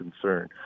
concern